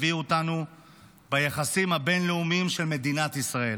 הביא אותנו ביחסים הבין-לאומיים של מדינת ישראל: